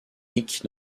nique